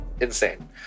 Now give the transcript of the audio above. insane